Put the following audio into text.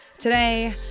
Today